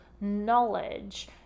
knowledge